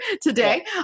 today